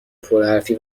پرحرفی